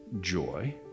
joy